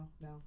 No